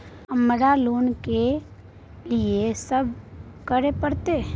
हमरा लोन के लिए की सब करे परतै?